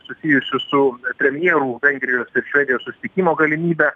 susijusių su premjerų vengrijos ir švedijos susitikimo galimybę